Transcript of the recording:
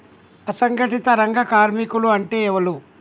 అసంఘటిత రంగ కార్మికులు అంటే ఎవలూ?